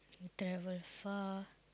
travel far